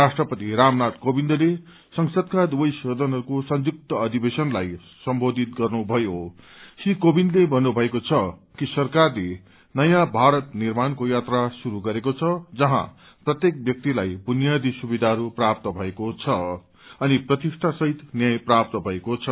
राष्ट्रपति रामनाथ कोविन्दले संसदका दुवै सदनहरूको संयुक्त अधिवेशनलाई सम्बोधित गर्नुभयों श्री कोविन्दले भन्नुभएको छ कि सरकारले नयाँ भारत निर्माणको यात्रा शुरू गरेको छ जहाँ प्रत्येक व्यक्तिलाई बुनियादी सुविधाहरू प्राप्त भएको छ अनि प्रतिष्ठासहित न्याय प्राप्त भएको छ